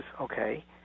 okay